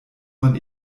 man